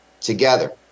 together